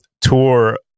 tour